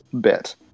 bit